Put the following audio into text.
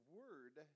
word